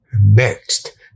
Next